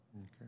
Okay